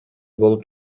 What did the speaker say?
болуп